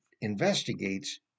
investigates